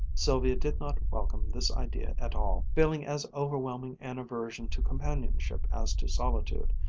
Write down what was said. sylvia did not welcome this idea at all, feeling as overwhelming an aversion to companionship as to solitude,